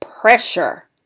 pressure